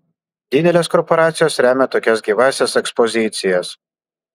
didelės korporacijos remia tokias gyvąsias ekspozicijas